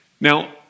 Now